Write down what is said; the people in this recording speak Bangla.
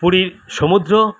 পুরীর সমুদ্র